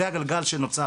זה הגלגל שנוצר.